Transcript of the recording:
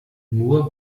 nur